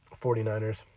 49ers